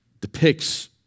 depicts